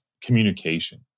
communication